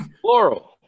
Plural